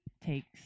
takes